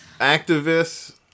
activists